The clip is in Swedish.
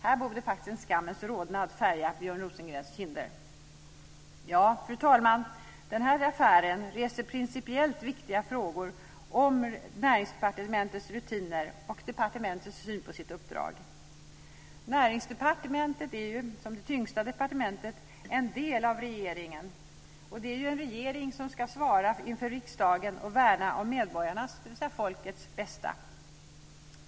Här borde en skammens rodnad färga Björn Rosengrens kinder. Fru talman! Den här affären reser principiellt viktiga frågor om Näringsdepartementets rutiner och syn på sitt uppdrag. Näringsdepartementet är ju som det tyngsta departementet en del av regeringen, och det är en regering som ska svara inför riksdagen och värna om medborgarnas, dvs. folkets, bästa.